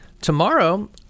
tomorrow